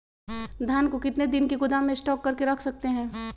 धान को कितने दिन को गोदाम में स्टॉक करके रख सकते हैँ?